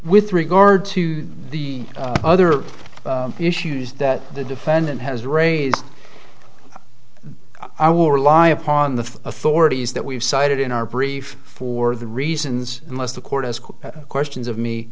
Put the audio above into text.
with regard to the other issues that the defendant has raised i will rely upon the authorities that we've cited in our brief for the reasons unless the court has questions of me